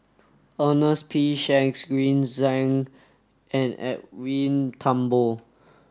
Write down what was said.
Ernest P Shanks Green Zeng and Edwin Thumboo